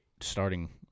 starting